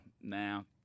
now